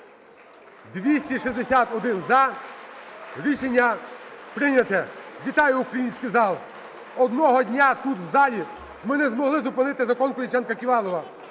За-261 Рішення прийнято. Вітаю український зал! Одного дня тут, в залі, ми не змогли зупинити Закон "Колесніченка-Ківалова".